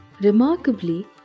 Remarkably